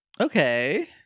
Okay